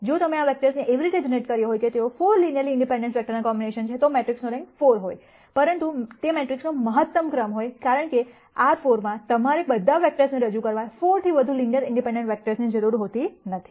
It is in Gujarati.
જો તમે આ વેક્ટર્સને એવી રીતે જનરેટ કર્યા હોત કે તેઓ 4 લિનયરલી ઇન્ડિપેન્ડન્ટ વેક્ટર્સના કોમ્બિનેશન છે તો મેટ્રિક્સનો રેન્ક 4 હોત પરંતુ તે મેટ્રિક્સનો મહત્તમ ક્રમ હોત કારણ કે R 4 માં તમારે બધા વેક્ટર્સને રજૂ કરવા 4 થી વધુ લિનયરલી ઇન્ડિપેન્ડન્ટ વેક્ટર્સની જરૂર હોતી નથી